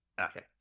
Okay